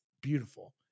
beautiful